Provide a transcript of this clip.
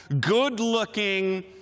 good-looking